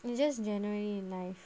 you just genuinely nice